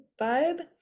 vibe